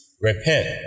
repent